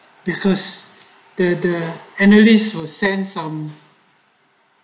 because their there analysts will send some